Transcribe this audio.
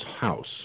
house